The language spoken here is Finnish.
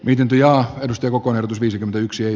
dementia edusti koko erotus viisikymmentäyksi ei